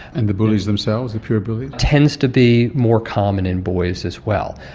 and the bullies themselves, the pure bullies? tends to be more common in boys as well.